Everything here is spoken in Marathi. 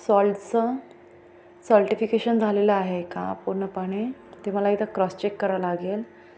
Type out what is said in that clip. सॉल्टचं सॉल्टिफिकेशन झालेलं आहे का पूर्णपणे ते मला एकदा क्रॉस चेक करावं लागेल